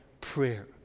prayer